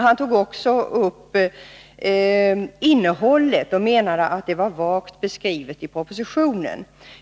Han tog också upp innehållet och menade att det var vagt beskrivet i propositionen.